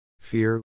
fear